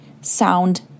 sound